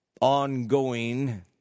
ongoing